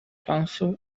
council